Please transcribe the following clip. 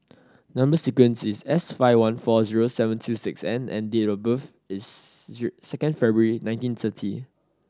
number sequence is S five one four zero seven two six N and date of birth is second February nineteen thirty